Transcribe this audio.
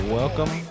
welcome